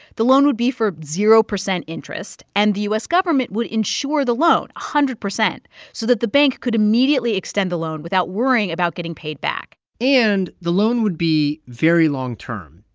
the loan would be for zero percent interest, and the u s. government would insure the loan a hundred percent so that the bank could immediately extend the loan without worrying about getting paid back and the loan would be very long-term.